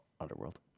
underworld